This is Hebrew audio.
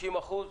אחוזים.